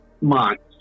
months